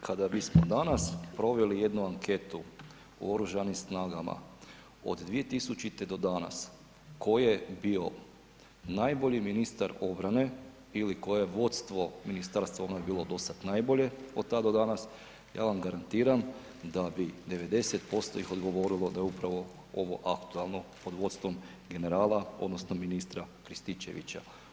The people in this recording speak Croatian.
Kolegice, kada bismo danas proveli jednu anketu u Oružanim snagama od 2000. do danas tko je bio najbolji ministar obrane ili koje vodstvo ministarstva vam je bilo do sada najbolje od tada do danas, ja vam garantiram da bi 90% ih odgovorilo da je upravo ovo aktualno pod vodstvom generala odnosno ministra Krstičevića.